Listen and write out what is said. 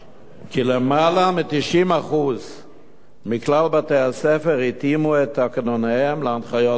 כי למעלה מ-90% מכלל בתי-הספר התאימו את תקנוניהם להנחיות אלה,